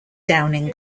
downing